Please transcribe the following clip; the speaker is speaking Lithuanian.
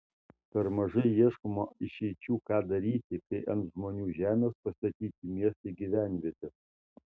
per mažai ieškoma išeičių ką daryti kai ant žmonių žemės pastatyti miestai gyvenvietės